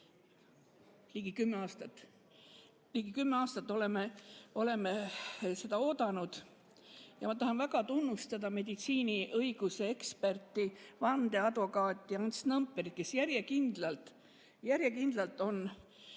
Ligi kümme aastat oleme seda oodanud. Ma tahan väga tunnustada meditsiiniõiguse eksperti vandeadvokaat Ants Nõmperit, kes järjekindlalt on